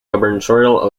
gubernatorial